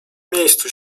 miejscu